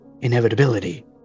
inevitability